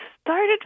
started